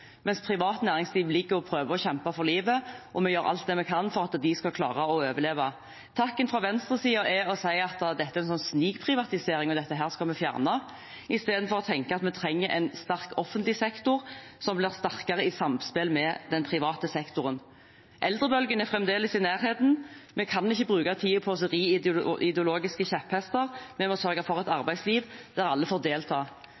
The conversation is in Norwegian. mens privat næringsliv ligger og prøver å kjempe for livet, og vi gjør alt vi kan for at de skal klare å overleve. Takken fra venstresiden er å si at dette er en snikprivatisering, og dette skal vi fjerne, istedenfor å tenke at vi trenger en sterk offentlig sektor som blir sterkere i samspill med den private sektoren. Eldrebølgen er fremdeles i nærheten. Vi kan ikke bruke tiden på å ri ideologiske kjepphester, vi må sørge for et arbeidsliv der alle får delta.